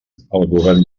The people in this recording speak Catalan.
govern